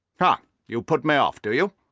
ha! you put me off, do you?